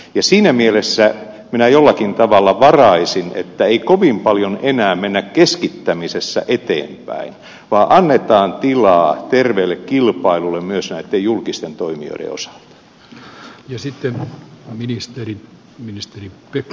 ja siinä mielessä minä jollakin tavalla varaisin että ei kovin paljon enää mennä keskittämisessä eteenpäin vaan annetaan tilaa terveelle kilpailulle myös näiden julkisten toimijoiden osalta